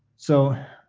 so,